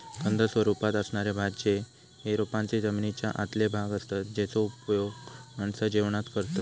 कंद स्वरूपात असणारे भाज्ये हे रोपांचे जमनीच्या आतले भाग असतत जेचो उपयोग माणसा जेवणात करतत